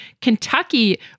Kentucky